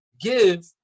give